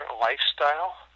lifestyle